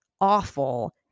awful